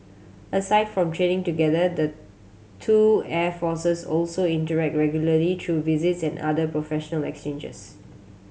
aside from training together the two air forces also interact regularly through visits and other professional exchanges